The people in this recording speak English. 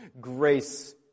grace